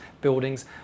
buildings